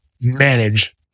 manage